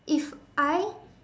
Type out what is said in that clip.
if I